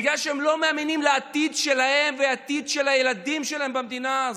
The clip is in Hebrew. בגלל שהם לא מאמינים בעתיד שלהם ובעתיד של הילדים שלהם במדינה הזאת.